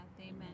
Amen